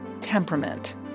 temperament